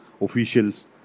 officials